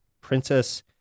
Princess